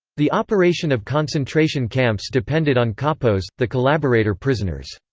the operation of concentration camps depended on kapos, the collaborator-prisoners.